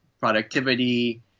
productivity